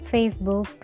Facebook